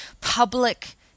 public